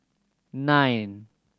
nine